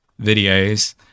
videos